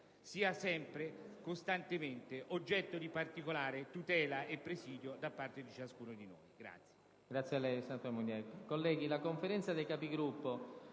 sia sempre costantemente oggetto di particolare tutela e presidio da parte di ciascuno di noi.